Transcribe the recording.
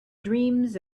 dreams